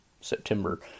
September